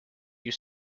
you